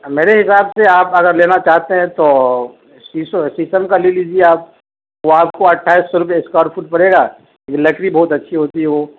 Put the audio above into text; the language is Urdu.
میرے حساب سے آپ اگر لینا چاہتے ہیں تو سیسو شیشم کا لے لیجیے آپ وہ آپ کو اٹھائیس سو روپے اسکوائر فٹ پڑے گا یہ لکڑی بہت اچھی ہوتی ہے وہ